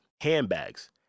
handbags